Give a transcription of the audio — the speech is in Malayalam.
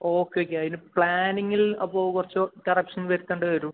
ഓക്കെ ഓക്കെ അതിൻ്റെ പ്ലാനിംഗിൽ അപ്പോൾ കുറച്ച് കറക്ഷൻ വരുത്തേണ്ടി വരും